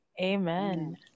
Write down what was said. Amen